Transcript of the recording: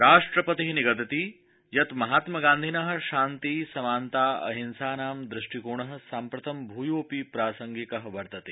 राष्ट्रपतिः निगदति यत् महात्मगान्धिनः शान्ति समानता ऽहिंसानां दृष्टिकोणः साम्प्रतं भूयोऽपि प्रासंगिकः वर्तते